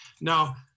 Now